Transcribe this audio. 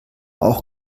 auch